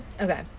okay